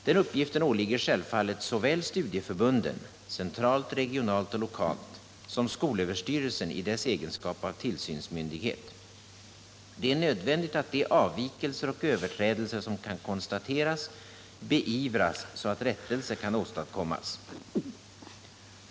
Den uppgiften åligger självfallet såväl studieförbunden, centralt, regionalt och lokalt, som skolöverstyrelsen i dess egenskap av tillsynsmyndighet. Det är nödvändigt att de avvikelser och överträdelser som kan konstateras beivras, så att rättelse kan åstadkommas.